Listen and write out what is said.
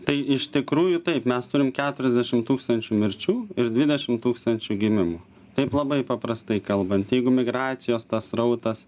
tai iš tikrųjų taip mes turime keturiasdešim tūkstančių mirčių ir dvidešim tūkstančių gimimų taip labai paprastai kalbant jeigu migracijos tas srautas